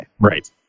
Right